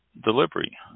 delivery